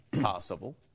possible